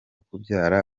kubyara